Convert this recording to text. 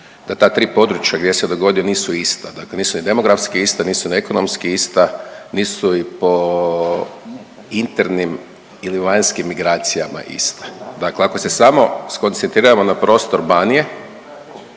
da ta tri područja gdje se dogodio nisu ista. Dakle, ni demografski ista, nisu ni ekonomski ista, nisu i po internim ili vanjskim migracijama ista. Dakle, ako se samo skoncentriramo na prostor Banije,